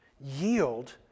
yield